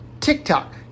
TikTok